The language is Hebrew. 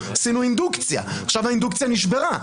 עשינו אינדוקציה עכשיו האינדוקציה נשברה,